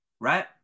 right